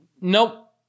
Nope